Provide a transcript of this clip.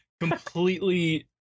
completely